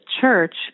church